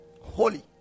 holy